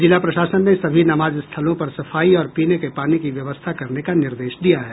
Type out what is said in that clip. जिला प्रशासन ने सभी नमाज़ स्थलों पर सफाई और पीने के पानी की व्यवस्था करने का निर्देश दिया है